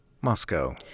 Moscow